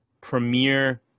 premier